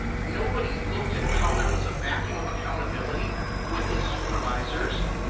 nobody looked at how there was a vacuum of accountability with his supervisors.